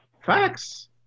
Facts